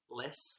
less